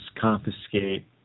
confiscate